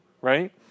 right